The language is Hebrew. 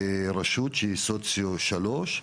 ברשות שהיא סוציו-אקונומי שלוש,